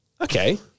Okay